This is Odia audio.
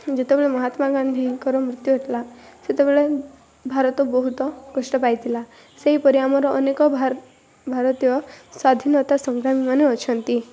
ଯେତେବେଳେ ମହାତ୍ମାଗାନ୍ଧୀଙ୍କର ମୃତ୍ୟୁ ହେଇଥିଲା ସେତେବେଳେ ଭାରତ ବହୁତ କଷ୍ଟ ପାଇଥିଲା ସେହିପରି ଆମର ଅନେକ ଭାରତୀୟ ସ୍ୱାଧୀନତା ସଂଗ୍ରାମୀମାନେ ଅଛନ୍ତି